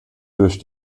durch